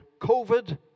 COVID